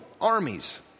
armies